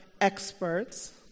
experts